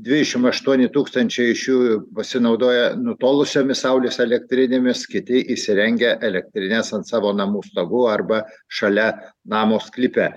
dvidešimt aštuoni tūkstančiai iš jų pasinaudoja nutolusiomis saulės elektrinėmis kiti įsirengia elektrines ant savo namų stogų arba šalia namo sklype